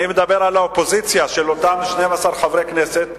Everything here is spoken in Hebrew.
אני מדבר על האופוזיציה של אותם 12 חברי הכנסת,